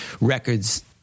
records